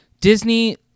Disney